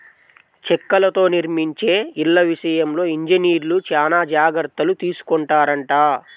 చెక్కలతో నిర్మించే ఇళ్ళ విషయంలో ఇంజనీర్లు చానా జాగర్తలు తీసుకొంటారంట